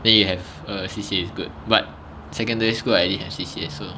then you have a C_C_A is good but secondary school I already have C_C_A so